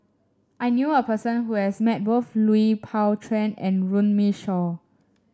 I knew a person who has met both Lui Pao Chuen and Runme Shaw